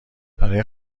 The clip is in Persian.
برای